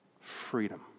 Freedom